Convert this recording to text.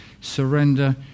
surrender